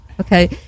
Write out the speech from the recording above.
Okay